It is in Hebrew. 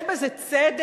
יש בזה צדק?